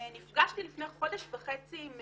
נפגשתי לפני חודש וחצי עם